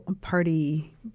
party